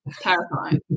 Terrifying